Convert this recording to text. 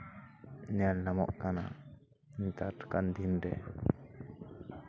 ᱧᱮᱞ ᱧᱟᱢᱚᱜ ᱠᱟᱱᱟ ᱱᱮᱛᱟᱨ ᱞᱮᱠᱟᱱ ᱫᱤᱱᱨᱮ